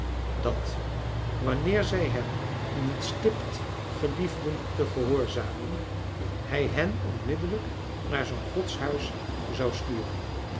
dat wanneer zij hem niet stipt geliefden te gehoorzamen hij hen onmiddellijk naar zoo'n godshuis zou sturen